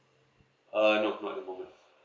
uh no not at the moment